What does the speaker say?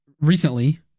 recently